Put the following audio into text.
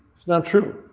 it's not true.